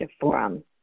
forum